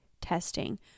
testing